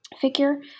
figure